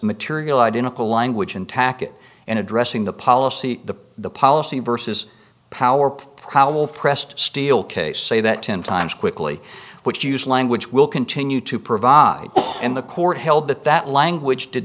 material identical language and tack it in addressing the policy the policy versus power probable pressed steel case say that ten times quickly which used language will continue to provide and the court held that that language did